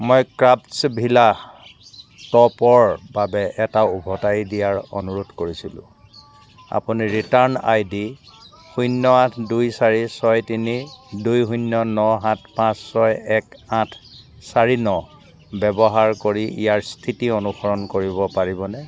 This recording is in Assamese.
মই ক্ৰাফ্টছভিলা টপৰ বাবে এটা উভতাই দিয়াৰ অনুৰোধ কৰিছিলোঁ আপুনি ৰিটাৰ্ণ আই ডি শূন্য আঠ দুই চাৰি ছয় তিনি দুই শূন্য ন সাত পাঁচ ছয় এক আঠ চাৰি ন ব্যৱহাৰ কৰি ইয়াৰ স্থিতি অনুসৰণ কৰিব পাৰিবনে